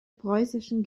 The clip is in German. preußischen